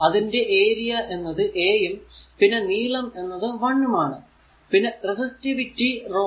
അതിന്റെ ഏരിയ എന്നത് A യും പിന്നെ നീളം എന്നത് l ഉം ആണ് പിന്നെ റെസിസ്റ്റിവിറ്റി റോ